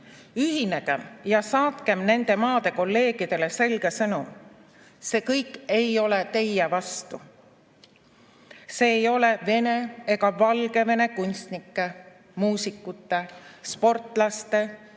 ühinegem ja saatkem nende maade kolleegidele selge sõnum: see kõik ei ole teie vastu. See ei ole Venemaa ega Valgevene kunstnike, muusikute, sportlaste,